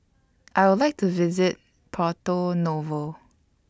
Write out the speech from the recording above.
I Would like to visit Porto Novo